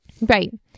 Right